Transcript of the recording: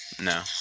No